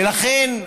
ולכן,